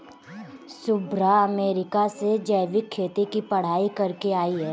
Shubhra America से जैविक खेती की पढ़ाई करके आई है